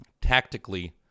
tactically